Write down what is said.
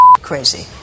crazy